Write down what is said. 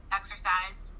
exercise